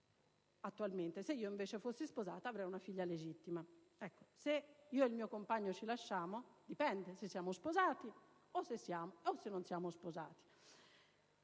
naturale; se invece fossi sposata avrei una figlia legittima. Se io e il mio compagno ci lasciamo, dipende: le cose cambiano se siamo o non siamo sposati.